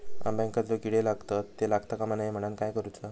अंब्यांका जो किडे लागतत ते लागता कमा नये म्हनाण काय करूचा?